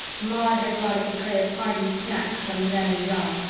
maud had brought us a tray of hearty snacks from then and yon,